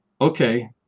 Okay